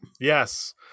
Yes